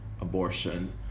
abortion